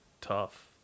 tough